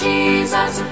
Jesus